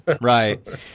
right